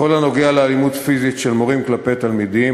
בכל הנוגע לאלימות פיזית של מורים כלפי תלמידים,